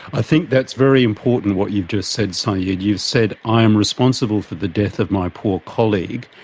i think that's very important what you've just said saeed, you've said, i am responsible for the death of my poor colleague.